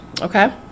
Okay